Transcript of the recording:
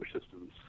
systems